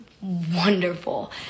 wonderful